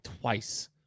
twice